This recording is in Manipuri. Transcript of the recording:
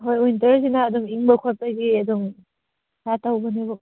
ꯍꯣꯏ ꯋꯤꯟꯇꯔꯁꯤꯅ ꯑꯗꯨꯝ ꯏꯪꯕ ꯈꯣꯠꯄꯒꯤ ꯑꯗꯨꯝ ꯈꯔ ꯇꯧꯕꯅꯦꯕ